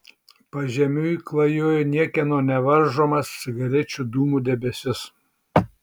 pažemiui klajojo niekieno nevaržomas cigarečių dūmų debesis